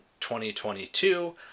2022